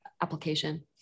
application